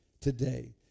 today